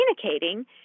communicating